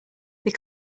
they